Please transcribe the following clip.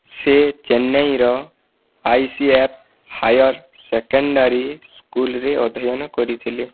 ସେ ଚେନ୍ନାଇର I C F higher secondary ସ୍କୁଲରେ ଅଧ୍ୟୟନ କରିଥିଲେ